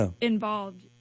involved